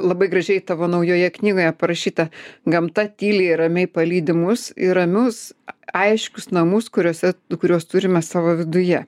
labai gražiai tavo naujoje knygoje parašyta gamta tyliai ramiai palydi mus į ramius aiškius namus kuriuose kuriuos turime savo viduje